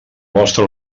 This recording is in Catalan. vostre